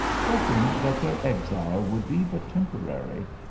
hoping that their exile would be but temporary,